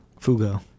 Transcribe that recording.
Fugo